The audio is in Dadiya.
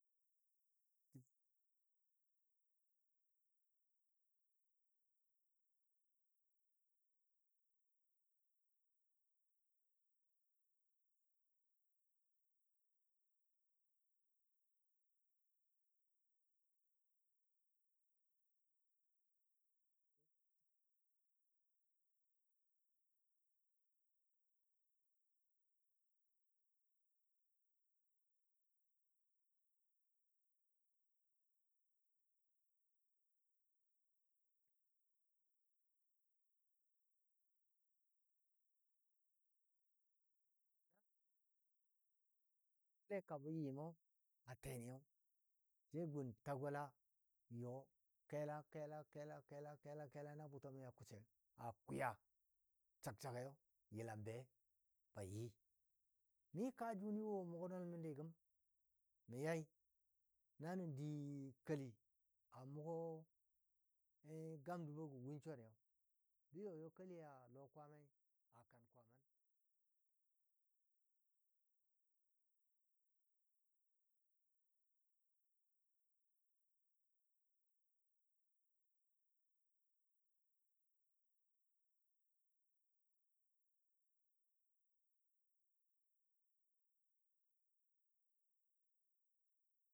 Jəbo jʊ gə nyai nɔɔligɔ gɔ nyai yau to a daago gəmi mi mə bəla le na ja jo mʊrkatəm gə ya bɔ murka sebo kɛ kula səja mʊm gəlalantal nəni naja tung mi sai sa bwen kʊ-wa gɔ n dəg abəla mi ta gola gɔ yɔ yabə murka ju mə nəni yɔ n jəg nəji n suwaj mi juə nyai wɔ n nəji nabə kwiyai, ta gɔla yilla n be n ja kəga nən yi mɔ na maaji gɔ wɔi yan maa kaam diti nan, yi mə kuwɔ lekamar ma mə yima a tenni yau sai gun la gola yɔ kɛla kɛla kɛla kɛla na bʊtɔ mə a kʊsi a kwiya sak sak gə yau yilan be ban yi mi kaa juni wo a mʊgo nəl məndi gəm mən yai na nən di keli amʊgo gam dəbɔgɔ win swari yau bə yɔyɔ keli a lɔɔ kwaamai akan kwaaman nən di kʊmɔ na taalɔ jə jele gə larabai yabɔ maa keli gɔ be kela kwaama atikabən bə maa keligɔ jʊ bwile fa təmni gəmi bə maa keligɔ nəbatla kɔlere fa təmni gəmi bə majim keli səja nya kwan buto ja maa maaji gɔ dəng dəng.